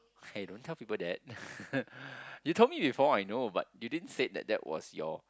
hey don't tell people that you told me before I know but you didn't said that that was your